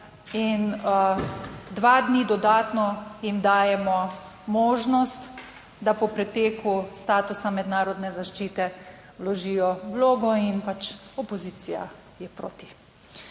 in dva dni dodatno jim dajemo možnost, da po preteku statusa mednarodne zaščite vložijo vlogo in pač opozicija je proti.